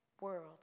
world